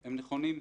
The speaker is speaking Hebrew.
הם נכונים.